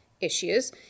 issues